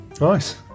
Nice